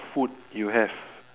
food you have